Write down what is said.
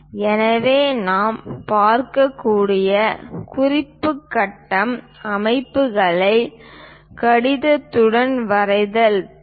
எனவே நாம் பார்க்கக்கூடிய குறிப்பு கட்டம் அமைப்புகளை கடிதத்துடன் வரைதல் தாள்